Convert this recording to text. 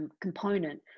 Component